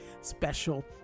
special